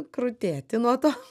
krutėti nuo to